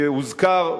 שהוזכר,